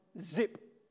zip